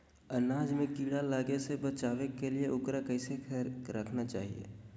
अनाज में कीड़ा लगे से बचावे के लिए, उकरा कैसे रखना चाही?